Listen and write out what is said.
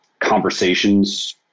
conversations